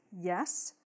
yes